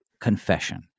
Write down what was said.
confession